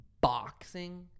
Boxing